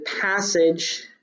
passage